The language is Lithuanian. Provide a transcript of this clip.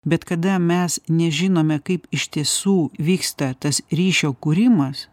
bet kada mes nežinome kaip iš tiesų vyksta tas ryšio kūrimas